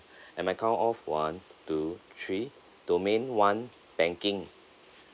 and my count of one two three domain one banking